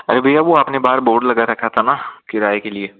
अरे भैया वो आपने बाहर बोर्ड लगा रखा था ना किराये के लिए